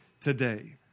today